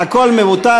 הכול מבוטל,